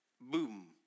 boom